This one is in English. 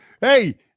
Hey